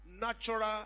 natural